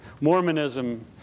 Mormonism